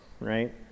Right